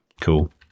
Cool